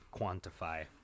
quantify